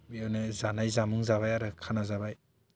बेयावनो जानाय जामु जाबाय आरो खाना जाबाय